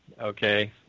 okay